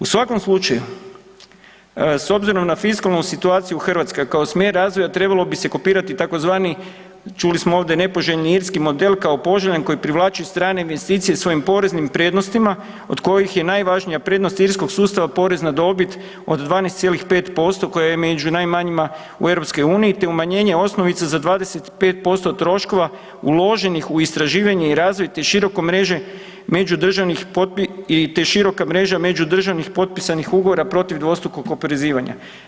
U svakom slučaju s obzirom na fiskalnu situaciju Hrvatske kao smjer razvoja trebalo bi se kopirati tzv., čuli smo ovdje, nepoželjni irski model kao poželjan koji privlači strane investicije svojim poreznim prednostima, od kojih je najvažnija prednost irskog sustava porez na dobit od 12,5% koja je među najmanjima u EU, te umanjenje osnovice za 25% troškova uloženih u istraživanje i razvoj, te široka mreža međudržavnih potpisanih ugovora protiv dvostrukog oporezivanja.